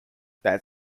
that